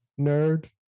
nerd